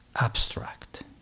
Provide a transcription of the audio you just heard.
Abstract